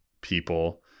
people